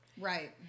right